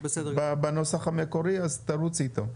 בנוסח המקורי, אז תרוץ איתו.